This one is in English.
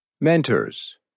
Mentors